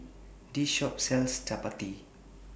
This Shop sells Chapati